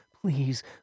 Please